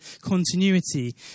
continuity